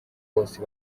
bose